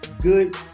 good